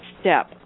step